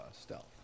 stealth